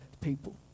people